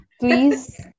Please